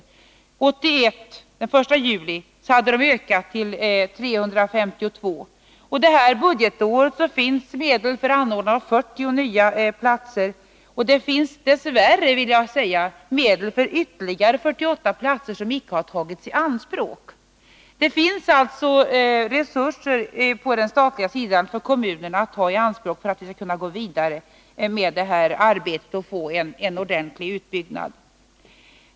Den 1 juli 1981 hade de ökat till 352. Och det här budgetåret finns det medel för anordnande av 40 nya platser och, dess värre, vill jag säga, medel för ytterligare 48 platser som inte tagits i anspråk. Det finns alltså resurser på den statliga sidan för kommunerna att ta i anspråk för att vi skall kunna gå vidare med det här arbetet och få en ordentlig utbyggnad.